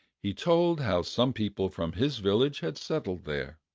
he told how some people from his village had settled there.